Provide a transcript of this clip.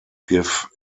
give